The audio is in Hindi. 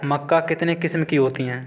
मक्का कितने किस्म की होती है?